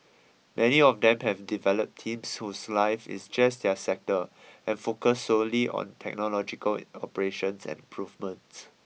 many of them have developed teams whose life is just their sector and focus solely on technological operations and improvements